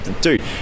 dude